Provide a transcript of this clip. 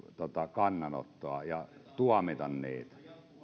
kannanottoa ja tuomita niitä